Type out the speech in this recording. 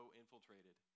infiltrated